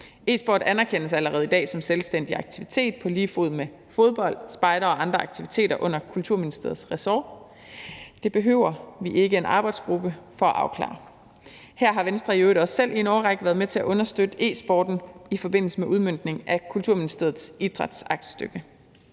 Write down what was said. E-sport anerkendes allerede i dag som en selvstændig aktivitet på lige fod med fodbold, spejder og andre aktiviteter under Kulturministeriets resort. Det behøver vi ikke en arbejdsgruppe for at afklare. Her har Venstre i øvrigt også selv i en årrække været med til at understøtte e-sporten i forbindelse med udmøntningen af Kulturministeriets idrætsaktstykke.